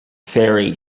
ferry